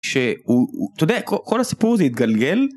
שהוא, אתה יודע, כל הסיפור זה התגלגל.